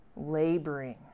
laboring